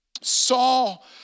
Saul